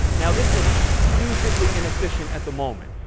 now, this looks stupidly inefficient at the moment.